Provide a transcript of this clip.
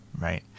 Right